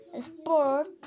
sport